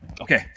okay